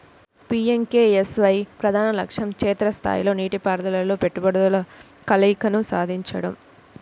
PMKSY ప్రధాన లక్ష్యం క్షేత్ర స్థాయిలో నీటిపారుదలలో పెట్టుబడుల కలయికను సాధించడం